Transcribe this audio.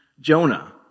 Jonah